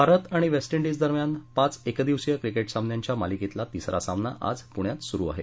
भारत आणि वेस्टइंडीज दरम्यान पाच एकदिवसीय क्रिकेट सामन्यांच्या मालिकेतला तिसरा सामना आज पृण्यात सुरु आहे